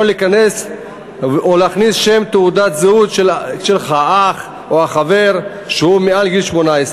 להכניס תעודת זהות של האח או של החבר שמעל גיל 18,